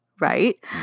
right